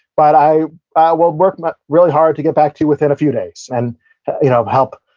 but i i will work but really hard to get back to you within a few days and you know help,